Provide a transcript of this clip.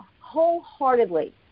wholeheartedly